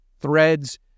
threads